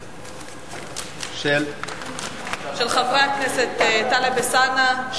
של חבר הכנסת טלב אלסאנע,